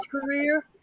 career